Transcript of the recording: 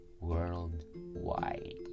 worldwide